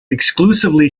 exclusively